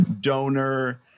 donor